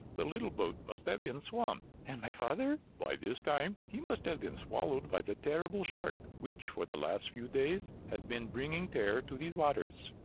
the little boat must have been swamped. and my father? by this time, he must have been swallowed by the terrible shark, which, for the last few days, has been bringing terror to these waters.